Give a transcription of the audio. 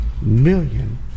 million